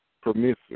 permissive